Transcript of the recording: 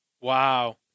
Wow